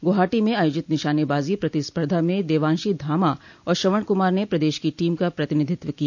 गुवाहाटी में आयोजित निशानेबाजो प्रतिस्पर्धा में देवांशी धामा और श्रवण कुमार ने प्रदेश की टीम का प्रतिनिधित्व किया